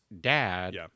dad